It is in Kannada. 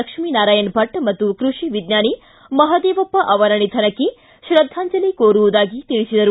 ಲಕ್ಷ್ಮೀನಾರಾಯಣ ಭಟ್ ಮತ್ತು ಕೃಷಿ ವಿಜ್ಞಾನಿ ಮಹದೇವಪ್ಪ ಅವರ ನಿಧನಕ್ಕೆ ಶ್ರದ್ದಾಂಜಲಿ ಕೋರುವುದಾಗಿ ತಿಳಿಸಿದರು